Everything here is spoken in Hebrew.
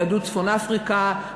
יהדות צפון-אפריקה,